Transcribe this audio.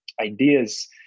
ideas